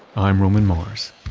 i'm roman mars